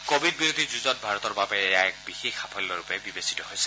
Covid বিৰোধী যুজত ভাৰতৰ বাবে এয়া এক বিশেষ সাফল্যৰূপে বিবেচিত হৈছে